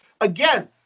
Again